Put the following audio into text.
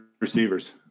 Receivers